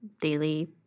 daily